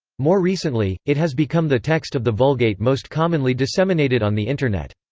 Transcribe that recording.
more recently, it has become the text of the vulgate most commonly disseminated on the internet.